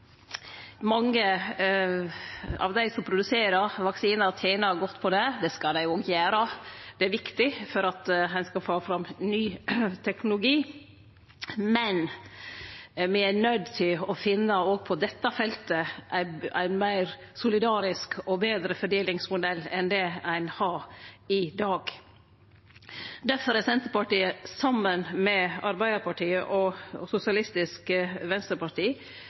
mange av dei som produserer vaksinar, tener godt på det. Det skal dei òg gjere, for det er viktig for at ein skal få fram ny teknologi. Men me er nøydde til å finne òg på dette feltet ein meir solidarisk og betre fordelingsmodell enn det me har i dag. Difor er Senterpartiet, saman med Arbeidarpartiet og Sosialistisk Venstreparti,